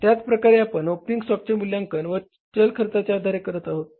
त्याचप्रकारे आपण ओपनिंग स्टॉकचे मूल्यांकन चल खर्चाच्या आधारे करत आहोत